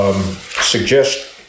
Suggest